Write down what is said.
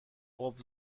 خوب